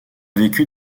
vécu